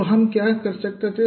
तो हम क्या कर सकते थे